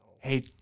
Hey